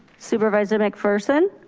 supervisor mcpherson.